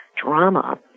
drama